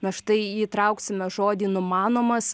na štai įtrauksime žodį numanomas